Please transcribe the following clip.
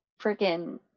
freaking